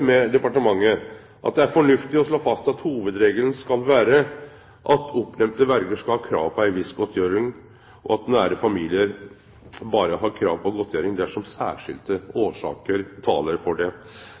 med departementet, at det er fornuftig å slå fast at hovudregelen skal vere at oppnemnde verjer skal ha krav på ei viss godtgjering, og at nær familie berre har krav på godtgjering dersom særskilte årsaker taler for det.